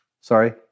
Sorry